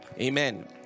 Amen